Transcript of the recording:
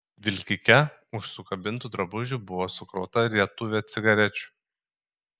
vilkike už sukabintų drabužių buvo sukrauta rietuvė cigarečių